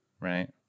right